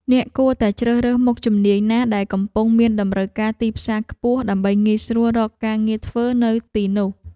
អ្នកគួរតែជ្រើសរើសមុខជំនាញណាដែលកំពុងមានតម្រូវការទីផ្សារខ្ពស់ដើម្បីងាយស្រួលរកការងារធ្វើនៅទីនោះ។